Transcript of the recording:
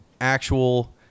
actual